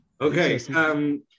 Okay